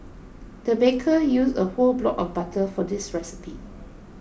the baker used a whole block of butter for this recipe